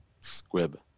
Squib